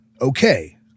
okay